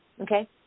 Okay